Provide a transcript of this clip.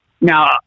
now